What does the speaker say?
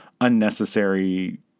unnecessary